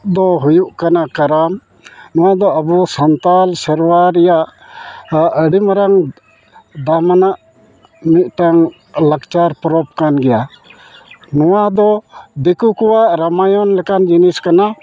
ᱫᱚ ᱦᱩᱭᱩᱜ ᱠᱟᱱᱟ ᱠᱟᱨᱟᱢ ᱱᱚᱣᱟ ᱫᱚ ᱟᱵᱚ ᱥᱟᱱᱛᱟᱲ ᱥᱮᱨᱣᱟ ᱨᱮᱭᱟᱜ ᱟᱹᱰᱤᱢᱟᱨᱟᱝ ᱫᱟᱢ ᱟᱱᱟᱜ ᱢᱤᱫᱴᱟᱝ ᱞᱟᱠᱪᱟᱨ ᱯᱚᱨᱚᱵᱽ ᱠᱟᱱ ᱜᱮᱭᱟ ᱱᱚᱣᱟ ᱫᱚ ᱫᱤᱠᱩ ᱠᱚᱣᱟᱜ ᱨᱟᱢᱟᱭᱚᱱ ᱞᱮᱠᱟᱱ ᱡᱤᱱᱤᱥ ᱠᱟᱱᱟ